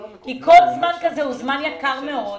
כי כל זמן כזה הוא זמן יקר מאוד.